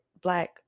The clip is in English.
black